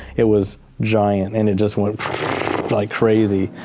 it was giant and it just went like crazy.